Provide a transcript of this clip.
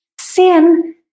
sin